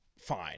fine